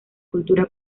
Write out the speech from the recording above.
cultura